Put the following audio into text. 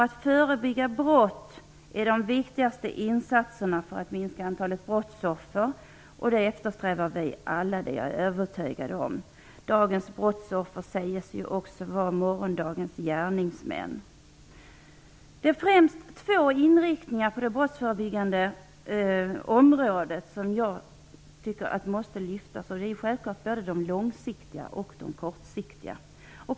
Att förebygga brott är den viktigaste insatsen för att minska antalet brottsoffer, och det eftersträvar vi alla - det är jag övertygad om. Dagens brottsoffer sägs ju också vara morgondagens gärningsmän. Det är främst två inriktningar på det brottsförebyggande arbetet som jag tycker måste lyftas fram. Det är självklart att arbetet måste vara både långsiktigt och kortsiktigt.